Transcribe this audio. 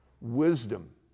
wisdom